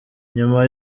nyuma